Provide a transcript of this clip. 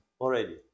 Already